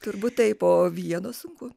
turbūt taip po vieno sunku